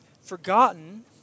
forgotten